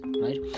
right